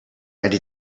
write